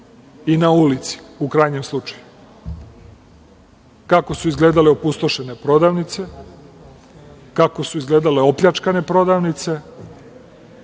i na ulici u krajnjem slučaju, kako su izgledale opustošene prodavnice, kako su izgledale opljačkane prodavnice,